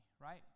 Right